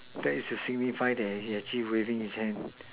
that is to signify that he is actually waving his hands